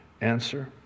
Answer